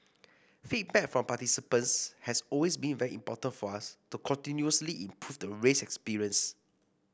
feedback from participants has always been very important for us to continuously improve the race experience